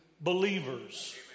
believers